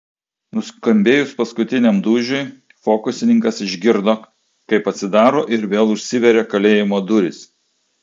nuskambėjus paskutiniam dūžiui fokusininkas išgirdo kaip atsidaro ir vėl užsiveria kalėjimo durys